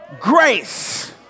grace